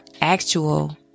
actual